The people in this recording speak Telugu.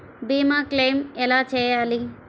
భీమ క్లెయిం ఎలా చేయాలి?